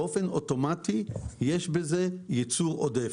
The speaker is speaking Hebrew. באופן אוטומטי יש בזה ייצור עודף,